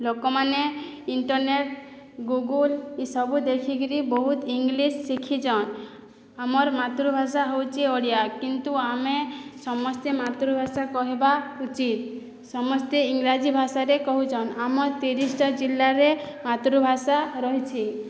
ଲୋକମାନେ internet Google ଏହିସବୁ ଦେଖିକରି ବହୁତ ଇଂଲିଶ ଶିଖିଛନ୍ତି ଆମର ମାତୃଭାଷା ହେଉଛି ଓଡ଼ିଆ କିନ୍ତୁ ଆମେ ସମସ୍ତେ ମାତୃଭାଷା କହିବା ଉଚିତ୍ ସମସ୍ତେ ଇଂରାଜୀ ଭାଷାରେ କହୁଚନ୍ ଆମର ତିରିଶ୍ଟା ଜିଲ୍ଲାରେ ମାତୃଭାଷା ରହିଛି